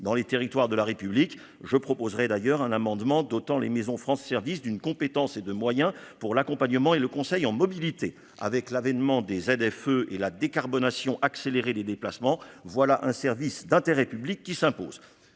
dans les territoires de la République, je proposerai d'ailleurs un amendement d'autant les maisons France, service d'une compétence et de moyens pour l'accompagnement et le conseil en mobilité avec l'avènement des ZFE et la décarbonation accélérer les déplacements voilà un service d'intérêt public qui s'impose,